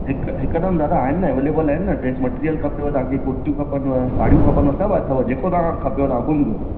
हिक हिकदमि दादा आहिनि अवेलेबल आहिनि न ड्रेस मटेरियल खपेव तव्हांखे कुर्तियूं खपनव साड़ियूं खपनव सभु अथव जेको तव्हांखे खपे त हुकुम कयो